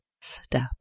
step